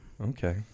Okay